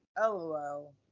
LOL